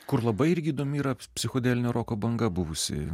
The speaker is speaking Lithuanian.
kur labai irgi įdomi yra psichodelinio roko banga buvusi